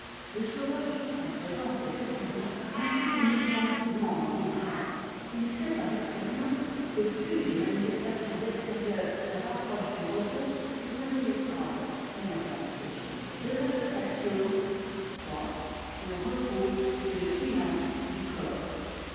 le sauvage en présence de ses semblables n'a que des mouvements lents et graves il sait par expérience que plus les manifestations extérieures se rapprochent du repos plus impénétrable est la pensée de là cet axiome iii le repos est le silence du corps